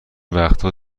وقتها